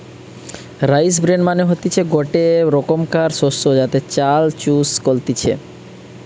rice bran মানে হতিছে গটে রোকমকার শস্য যাতে চাল চুষ কলতিছে